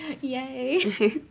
yay